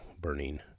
burning